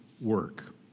work